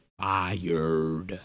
fired